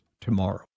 tomorrow